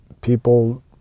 people